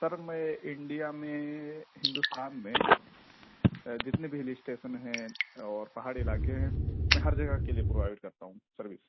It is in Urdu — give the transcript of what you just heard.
سر میں انڈیا میں ہندوستان میں جتنے بھی ہل اسٹیشن ہیں اور پہاڑی علاقے ہیں میں ہر جگہ کے لیے پرووائیڈ کرتا ہوں سروس